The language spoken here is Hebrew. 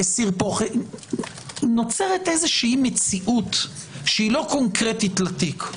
נוצרת איזו מציאות שאינה קונקרטית לתיק.